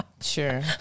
sure